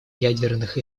ядерных